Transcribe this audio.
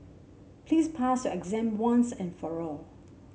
please pass your exam once and for all